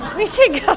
we should go,